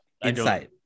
Inside